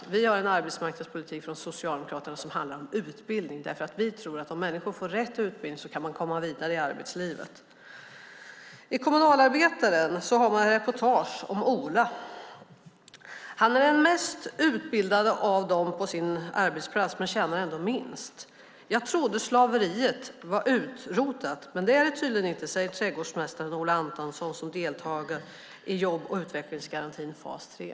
Socialdemokraternas arbetsmarknadspolitik handlar om utbildning, för vi tror att om människor får rätt utbildning kan de komma vidare i arbetslivet. I Kommunalarbetaren har man ett reportage om Ola. Han är den mest utbildade på sin arbetsplats, men han tjänar ändå minst. "Jag trodde slaveriet var utrotat men det är det tydligen inte, säger trädgårdsmästaren Ola Antonsson, som deltar i jobb och utvecklingsgarantins fas 3."